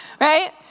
Right